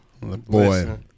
Boy